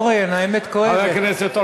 אולי תיצמד להצעה שלך